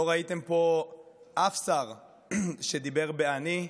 לא ראיתם פה אף שר שדיבר ב"אני".